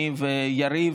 אני ויריב,